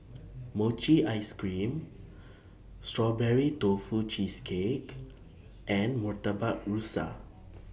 Mochi Ice Cream Strawberry Tofu Cheesecake and Murtabak Rusa